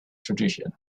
tradition